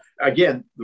Again